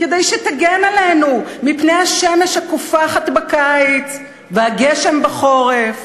כדי שתגן עלינו מפני השמש הקופחת בקיץ והגשם בחורף,